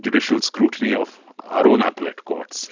judicial scrutiny of our own appellate courts.